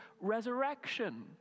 resurrection